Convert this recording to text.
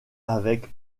avec